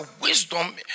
wisdom